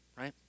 right